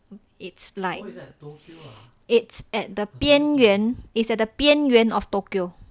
it's like it's at the 边缘 is at the 边缘 of tokyo